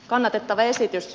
kannatettava esitys